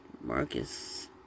Marcus